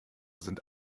sind